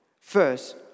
First